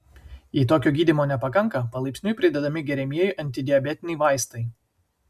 jei tokio gydymo nepakanka palaipsniui pridedami geriamieji antidiabetiniai vaistai